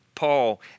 Paul